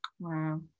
Wow